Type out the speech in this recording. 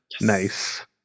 Nice